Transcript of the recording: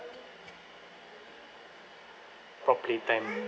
properly time